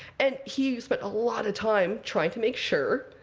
and he spent lot of time trying to make sure,